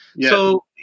So-